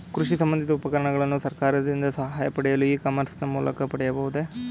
ಕೃಷಿ ಸಂಬಂದಿಸಿದ ಉಪಕರಣಗಳನ್ನು ಸರ್ಕಾರದಿಂದ ಸಹಾಯ ಪಡೆಯಲು ಇ ಕಾಮರ್ಸ್ ನ ಮೂಲಕ ಪಡೆಯಬಹುದೇ?